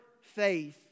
faith